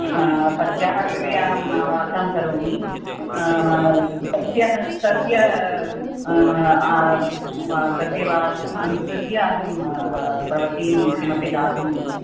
पत्युः कृते अहं वार्तां करोमि तस्य तस्य तस्य वचनम् अनुसृत्य अहं भवतीं किमपि दातुम्